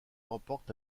remporte